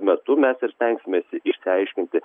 metu mes ir stengsimės išsiaiškinti